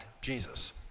Jesus